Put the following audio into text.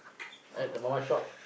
at the mama-shop